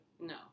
No